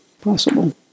possible